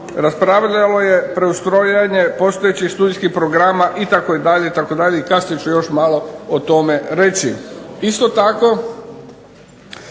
Raspravljalo je preustrajanje postojećih studijskih programa itd. itd. I kasnije ću još malo o tome reći. Isto tako,